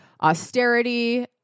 austerity